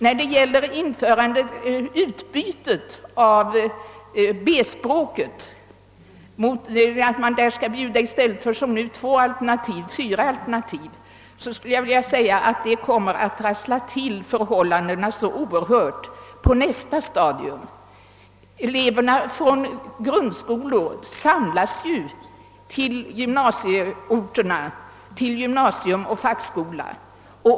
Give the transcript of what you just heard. När det gäller B-språket har det i en motion föreslagits att det i fortsättningen skall erbjudas fyra alternativ i stället för som nu två alternativ. Det kommer att ställa till oerhört mycket trassel på stadiet över grundskolan. Eleverna från grundskolorna samlas till gymnasieorterna i gymnasium eller fackskola.